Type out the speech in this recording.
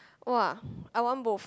!wah! I want both